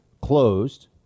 closed